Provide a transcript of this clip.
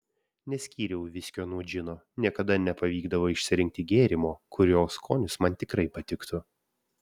neskyriau viskio nuo džino niekada nepavykdavo išsirinkti gėrimo kurio skonis man tikrai patiktų